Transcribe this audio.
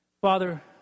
Father